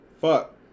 fuck